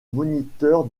moniteur